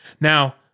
Now